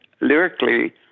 lyrically